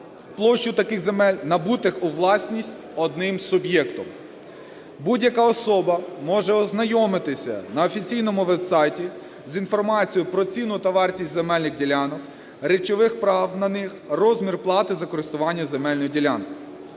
площу таких земель, набутих у власність одним суб'єктом. Будь-яка особа може ознайомитися на офіційному веб-сайті з інформацією про ціну та вартість земельних ділянок, речових прав на них, розмір плати за користування земельною ділянкою.